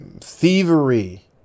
thievery